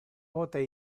pote